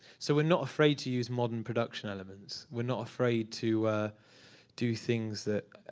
so we're not afraid to use modern production elements. we're not afraid to do things that